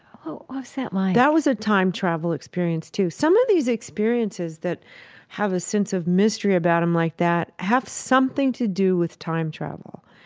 what was that like? that was a time travel experience too. some of these experiences that have this sense of mystery about them like that have something to do with time travel.